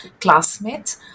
classmates